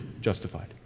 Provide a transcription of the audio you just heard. justified